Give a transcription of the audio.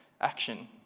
action